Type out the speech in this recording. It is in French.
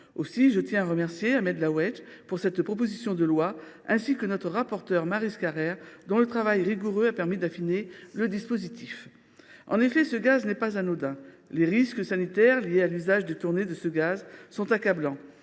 Aussi, je tiens à remercier Ahmed Laouedj, qui a déposé cette proposition de loi, ainsi que notre rapporteure, Maryse Carrère, dont le travail rigoureux a permis d’affiner le dispositif. En effet, ce gaz n’est pas anodin, la liste des risques sanitaires liés à son usage détourné étant accablante.